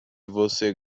você